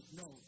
no